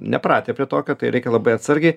nepratę prie tokio tai reikia labai atsargiai